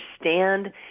understand